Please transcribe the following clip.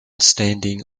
standing